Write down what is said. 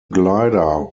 glider